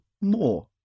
more